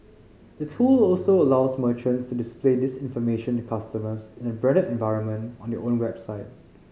the tool also allows merchants to display this information to customers in a branded environment on their own website